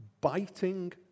biting